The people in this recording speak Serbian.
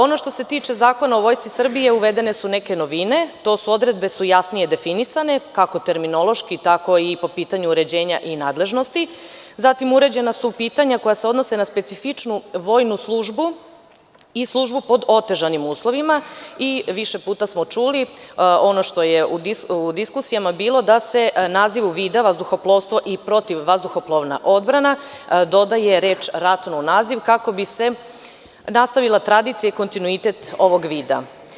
Ono što se tiče Zakona o Vojsci Srbije, uvedene su neke novine, odredbe su jasnije definisane, kako terminološki, tako i po pitanju uređenja i nadležnosti, zatim uređena su pitanja koja se odnose na specifičnu vojnu službu i službu pod otežanim uslovima i više puta smo čuli ono što je u diskusijama bilo da se nazivu vida, vazduhoplovstvo i protivvazduhoplovna odbrana dodaje reč „ratno“ u naziv kako bi se nastavila tradicija i kontinuitet ovog vida.